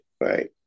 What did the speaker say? right